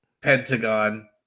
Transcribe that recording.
Pentagon